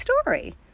story